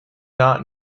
not